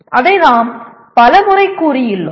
அதை நாங்கள் பலமுறை கூறியுள்ளோம்